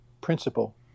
principle